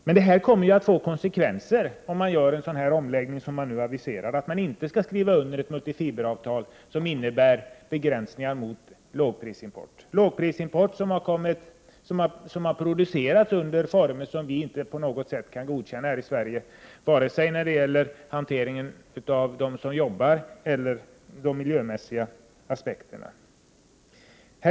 Men gör man den aviserade omläggningen, om man inte skriver under ett mulitfiberavtal som innebär begränsningar mot lågprisimporten, kommer ju detta att få konsekvenser. Det rör sig här om en lågprisimport som baseras på varor som har producerats i former som vi här i Sverige inte på något sätt kan godkänna, varken när det gäller behandlingen av dem som arbetar eller i fråga om de miljömässiga aspekterna.